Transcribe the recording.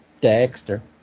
Dexter